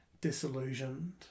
disillusioned